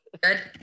Good